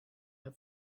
have